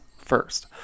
first